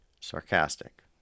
Sarcastic